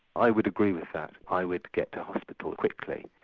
i would agree with that, i would get to hospital quickly.